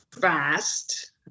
fast